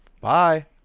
Bye